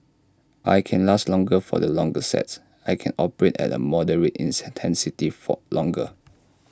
I can last longer for the longer sets I can operate at A moderate intensity for longer